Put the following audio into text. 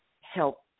help